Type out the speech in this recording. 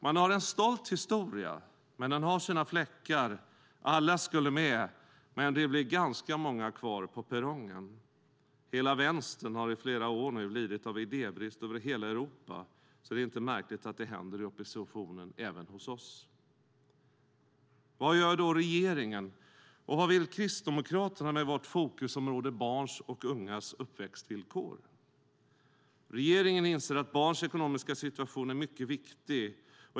Man har en stolt historia, men den har sina fläckar. Alla skulle med, men det blev ganska många kvar på perrongen! Vänstern har i flera år nu lidit av idébrist över hela Europa, så det är inte märkligt att det händer i oppositionen även hos oss. Vad gör då regeringen? Och vad vill Kristdemokraterna med fokusområdet barns och ungas uppväxtvillkor? Regeringen inser att barns ekonomiska situation är mycket viktig.